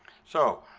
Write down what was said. so,